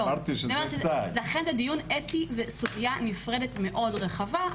לכן זה דיון אתי וסוגיה נפרדת מאוד רחבה,